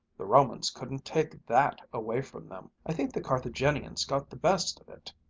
the romans couldn't take that away from them! i think the carthaginians got the best of it!